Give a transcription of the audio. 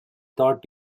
thought